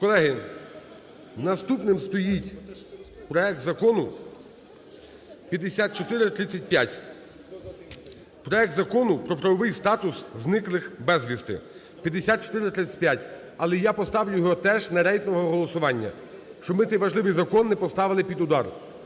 Колеги, наступним стоїть проект Закону 5435. Проект Закону про правовий статус осіб, зниклих безвісти. 5435. Але я поставлю його теж на рейтингове голосування, щоб ми цей важливий закон не поставили під удар.